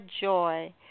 joy